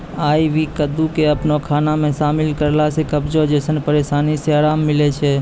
आइ.वी कद्दू के अपनो खाना मे शामिल करला से कब्जो जैसनो परेशानी से अराम मिलै सकै छै